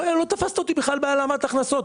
לא תפסת אותי בכלל בהעלמת הכנסות,